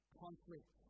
conflict